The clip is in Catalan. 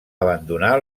abandonar